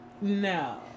No